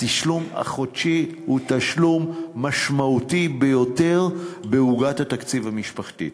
התשלום החודשי הוא תשלום משמעותי ביותר בעוגת התקציב המשפחתית.